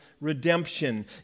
redemption